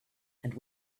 and